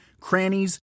crannies